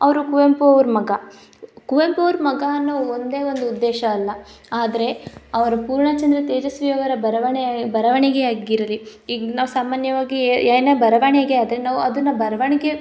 ಅವರು ಕುವೆಂಪು ಅವ್ರ ಮಗ ಕುವೆಂಪು ಅವ್ರ ಮಗ ಅನ್ನೋ ಒಂದೇ ಒಂದು ಉದ್ದೇಶ ಅಲ್ಲ ಆದರೆ ಅವರು ಪೂರ್ಣಚಂದ್ರ ತೇಜಸ್ವಿಯವರ ಬರವಣೆ ಬರವಣಿಗೆ ಆಗಿರಲಿ ಈಗ ನಾವು ಸಾಮಾನ್ಯವಾಗಿ ಏನೇ ಬರವಣಿಗೆ ಆದರೆ ನಾವು ಅದನ್ನ ಬರವಣಿಗೆ